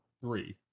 three